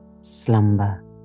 slumber